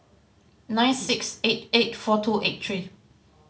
nine six eight eight four two eight three